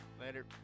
Later